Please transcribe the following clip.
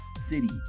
City